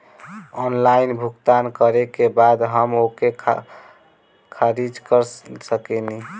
Online भुगतान करे के बाद हम ओके खारिज कर सकेनि?